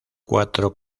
cuatro